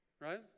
right